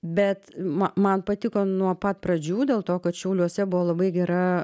bet ma man patiko nuo pat pradžių dėl to kad šiauliuose buvo labai gera